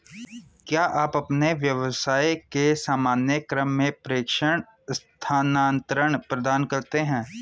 क्या आप अपने व्यवसाय के सामान्य क्रम में प्रेषण स्थानान्तरण प्रदान करते हैं?